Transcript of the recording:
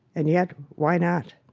and yet, why not.